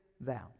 thou